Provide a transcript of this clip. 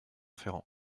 ferrand